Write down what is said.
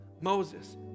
Moses